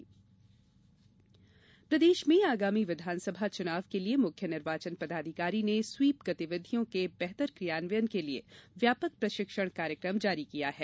चुनाव प्रशिक्षण प्रदेश में आगामी विधान सभा चुनाव के लिए मुख्य निर्वाचन पदाधिकारी ने स्वीप गतिविधियों के बेहतर क्रियान्वयन के लिए व्यापक प्रशिक्षण कार्यक्रम जारी किया है